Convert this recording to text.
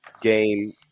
game